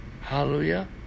Hallelujah